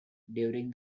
during